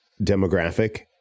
demographic